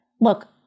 look